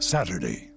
Saturday